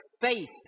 faith